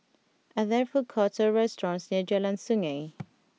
are there food courts or restaurants near Jalan Sungei